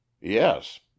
Yes